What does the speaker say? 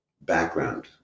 background